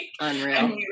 Unreal